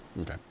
Okay